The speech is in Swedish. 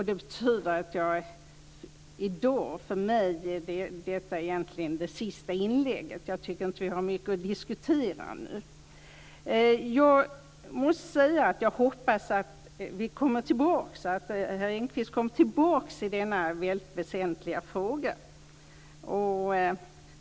Det betyder att detta egentligen kan vara det sista inlägget för mig i dag. Jag tycker inte att vi har mycket att diskutera nu. Jag måste säga att jag hoppas att herr Engqvist kommer tillbaks i denna väldigt väsentliga fråga.